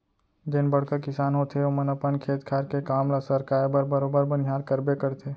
जेन बड़का किसान होथे ओमन अपन खेत खार के काम ल सरकाय बर बरोबर बनिहार करबे करथे